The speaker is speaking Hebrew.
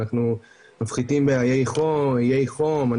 אנחנו מפחיתים באיי חום.